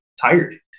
tired